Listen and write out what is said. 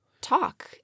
talk